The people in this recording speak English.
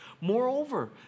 Moreover